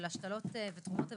של השתלות ותרומת איברים,